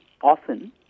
often